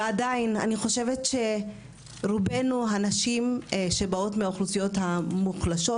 ועדיין אני חושבת שרובנו הנשים שבאות מהאוכלוסיות המוחלשות,